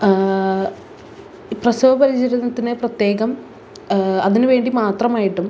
പ്രസവ പരിചരണത്തിന് പ്രത്യേകം അതിന് വേണ്ടി മാത്രമായിട്ടും